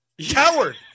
coward